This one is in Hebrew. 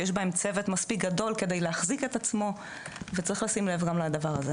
שיש בהם צוות מספיק גדול כדי להחזיק את עצמו וצריך לשים לב גם לדבר הזה.